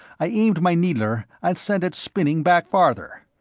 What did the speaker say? i aimed my needler, and sent it spinning back farther.